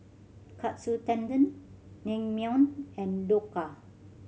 Katsu Tendon Naengmyeon and Dhokla